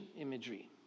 imagery